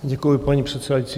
Děkuji, paní předsedající.